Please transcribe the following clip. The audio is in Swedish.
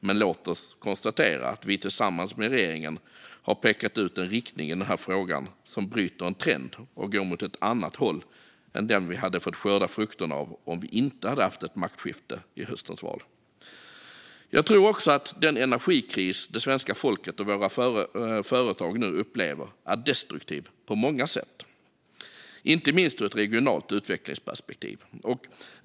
Men låt oss konstatera att vi, tillsammans med regeringen, har pekat ut en riktning i den här frågan som bryter en trend och går åt ett annat håll än den vi hade fått skörda frukterna av om vi inte hade haft ett maktskifte i höstens val. Jag tror också att den energikris som svenska folket och våra företag nu upplever är destruktiv på många sätt, inte minst ur ett regionalt utvecklingsperspektiv.